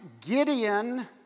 Gideon